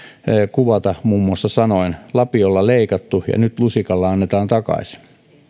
kuvata muun muassa sanoin lapiolla leikattu ja nyt lusikalla annetaan takaisin